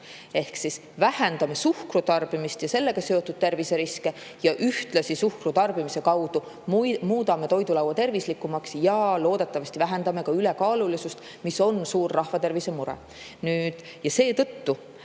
Ehk siis vähendame suhkru tarbimist ja sellega seotud terviseriske ja ühtlasi suhkru vähema tarbimise kaudu muudame toidulaua tervislikumaks ja loodetavasti vähendame ka ülekaalulisust, mis on suur rahvatervise mure. Ja